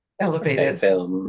elevated